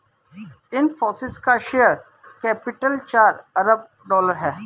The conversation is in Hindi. इनफ़ोसिस का शेयर कैपिटल चार अरब डॉलर है